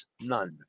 None